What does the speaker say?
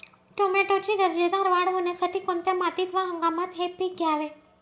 टोमॅटोची दर्जेदार वाढ होण्यासाठी कोणत्या मातीत व हंगामात हे पीक घ्यावे?